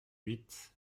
huit